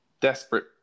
desperate